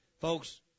Folks